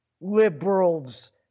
liberals